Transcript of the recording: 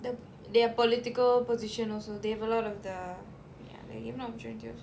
their political position they have a lot of the